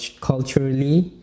culturally